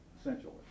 essentially